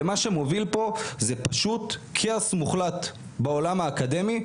ומה שמוביל פה זה פשוט כאוס מוחלט בעולם האקדמי,